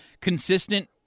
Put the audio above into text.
consistent